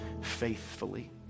faithfully